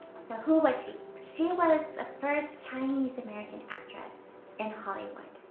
so, who was she? she was the first chinese american actress in hollywood,